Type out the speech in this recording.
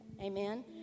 amen